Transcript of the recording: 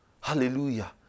Hallelujah